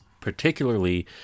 particularly